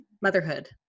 motherhood